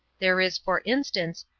there is, for instance,